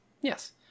Yes